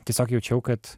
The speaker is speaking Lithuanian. tiesiog jaučiau kad